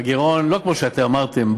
הגירעון לא כמו שאתם אמרתם,